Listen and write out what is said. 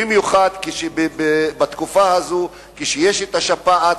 במיוחד כשבתקופה הזאת כשיש שפעת,